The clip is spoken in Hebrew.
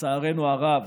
לצערנו הרב,